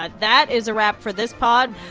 ah that is a wrap for this pod.